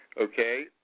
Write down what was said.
Okay